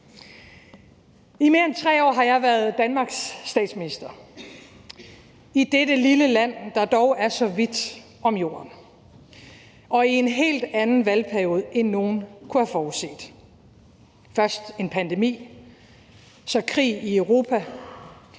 I mere end 3 år har jeg været Danmarks statsminister – i dette lille land, der dog er så vidt om jorden – og i en helt anden valgperiode, end nogen kunne have forudset: først en pandemi, så krig i Europa,